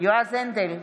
יועז הנדל,